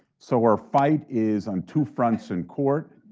so our fight is on two fronts in court,